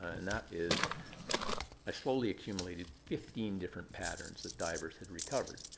and that is i slowly accumulated fifteen different patterns that divers had recovered.